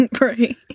Right